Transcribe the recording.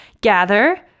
Gather